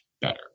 better